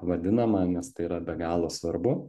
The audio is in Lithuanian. vadinamą nes tai yra be galo svarbu